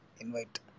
invite